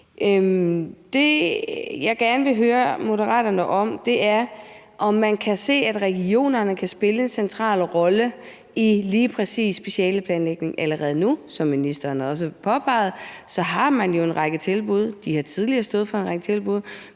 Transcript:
Det, jeg gerne vil høre Moderaterne om, er, om man kan se, at regionerne kan spille en central rolle i lige præcis specialeplanlægningen. Allerede nu, som ministeren også påpegede, har man jo en række tilbud, og de har tidligere stået for en række tilbud.